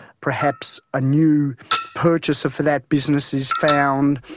perhaps a new purchaser for that business is found,